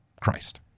Christ